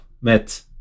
met